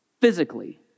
physically